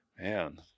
man